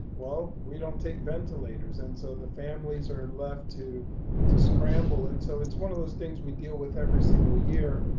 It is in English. well, we don't take ventilators. and so the families are left to to scramble. and so it's one of those things we deal with every single year.